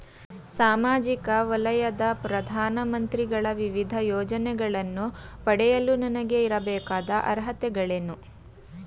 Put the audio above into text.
ಸಾಮಾಜಿಕ ವಲಯದ ಪ್ರಧಾನ ಮಂತ್ರಿಗಳ ವಿವಿಧ ಯೋಜನೆಗಳನ್ನು ಪಡೆಯಲು ನನಗೆ ಇರಬೇಕಾದ ಅರ್ಹತೆಗಳೇನು?